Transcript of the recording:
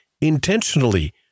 intentionally